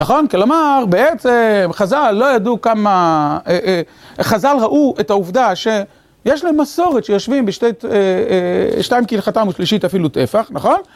נכון? כלומר, בעצם חז"ל לא ידעו כמה... חז"ל ראו את העובדה שיש להם מסורת שיושבים בשתיים כהלכתם ושלישית אפילו טפח, נכון?